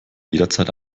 jederzeit